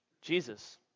Jesus